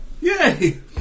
Yay